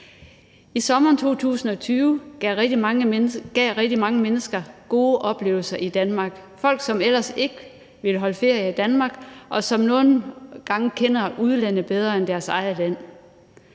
Sommeren 2020 gav rigtig mange mennesker gode oplevelser i Danmark – folk, som ellers ikke ville holde ferie i Danmark, og som for nogles vedkommende kender udlandet bedre end deres eget land.